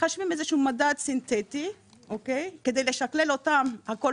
מחשבים איזשהו מדד סינטטי כדי לשכלל אותם הכול